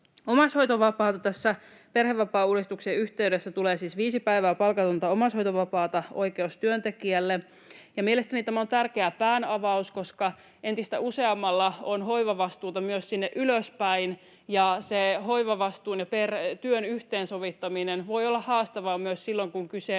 järjestelmästä. Tässä perhevapaauudistuksen yhteydessä tulee siis työntekijälle oikeus viiden päivän palkattomaan omaishoitovapaaseen, ja mielestäni tämä on tärkeä päänavaus, koska entistä useammalla on hoivavastuuta myös sinne ylöspäin ja se hoivavastuun ja työn yhteensovittaminen voi olla haastavaa myös silloin, kun kyse on